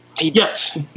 Yes